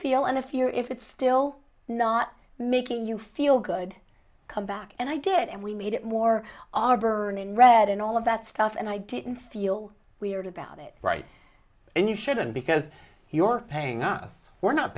feel and if you're if it's still not making you feel good come back and i did and we need it more our burn in red and all of that stuff and i didn't feel weird about it right and you shouldn't because you're paying us we're not